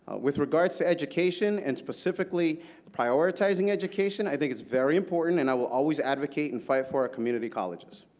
with regards to education, and specifically prioritizing education, i think it's very important and i will always advocate and fight for our community colleges.